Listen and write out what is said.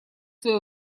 свое